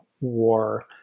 war